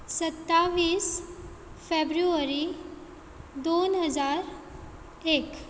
सत्तावीस फॅब्रुवरी दोन हजार एक